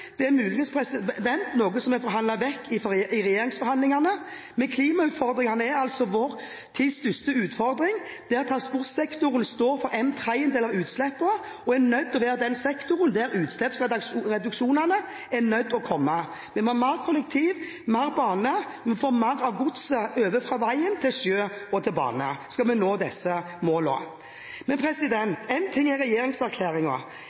Det er muligens noe som er forhandlet vekk i regjeringsforhandlingene. Men klimautfordringene er altså vår tids største utfordring, der transportsektoren står for en tredjedel av utslippene og er nødt til å være den sektoren der utslippsreduksjonen må komme. Vi må ha mer kollektiv og mer bane. Vi må få mer av godset over fra vei til sjø og bane, skal vi nå disse